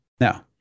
now